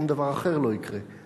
שום דבר אחר לא יקרה.